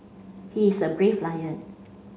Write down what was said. he is a brave lion